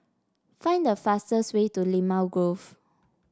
find the fastest way to Limau Grove